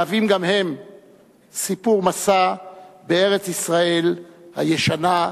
מהווים גם הם סיפור מסע בארץ-ישראל הישנה-חדשה.